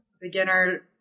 beginner